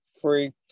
free